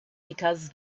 because